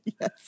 Yes